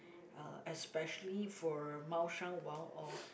especially for Mao Shan Wang or